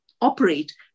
operate